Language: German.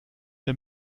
der